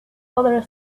other